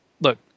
look